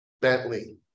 Bentley